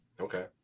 Okay